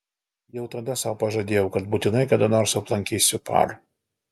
jau tada sau pažadėjau kad būtinai kada nors aplankysiu par